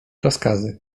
rozkazy